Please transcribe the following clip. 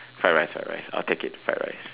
fried rice ah rice I'll take it fried rice